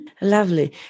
Lovely